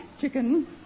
chicken